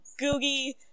Googie